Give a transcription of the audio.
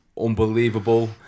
unbelievable